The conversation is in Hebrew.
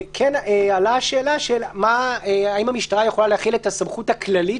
עלתה השאלה: האם המשטרה יכולה להחיל את סמכותה הכללית